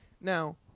Now